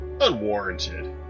unwarranted